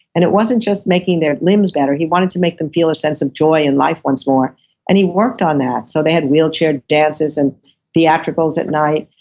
and it wasn't just making their limbs better, he wanted to make them feel a sense of joy in life once more and he worked on that. so they had wheelchair dances, and theatricals at night.